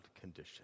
condition